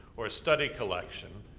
or study collection,